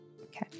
Okay